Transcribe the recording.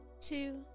two